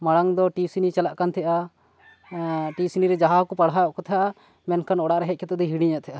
ᱢᱟᱲᱟᱝ ᱫᱤ ᱴᱤᱭᱩᱥᱤᱱᱤ ᱪᱟᱞᱟᱜ ᱠᱟᱱ ᱛᱟᱦᱮᱸᱫᱼᱟ ᱴᱤᱭᱩᱥᱤᱱᱤ ᱨᱮ ᱡᱟᱦᱟᱸ ᱠᱚ ᱯᱟᱲᱦᱟᱣ ᱮᱫ ᱠᱚ ᱛᱟᱦᱮᱸᱫᱼᱟ ᱢᱮᱱᱠᱷᱟᱱ ᱚᱲᱟᱜ ᱦᱮᱡ ᱠᱟᱛᱮ ᱫᱚ ᱦᱤᱲᱤᱧ ᱮᱫ ᱛᱟᱦᱮᱸᱱᱟ